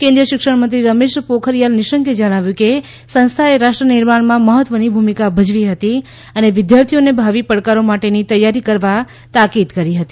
કેન્દ્રીય શિક્ષણમંત્રી રમેશ પોખરીયલ નિશાંકે જણાવ્યું કે સંસ્થાએ રાષ્ટ્ર નિર્માણમાં મહત્વની ભૂમિકા ભજવી હતી અને વિદ્યાર્થીઓને ભાવિ પડકારો માટેની તૈયારી કરવા તાકીદ કરી હતી